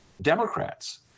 Democrats